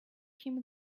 him